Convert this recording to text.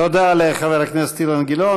תודה לחבר הכנסת אילן גילאון.